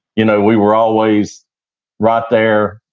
you know, we were always right there,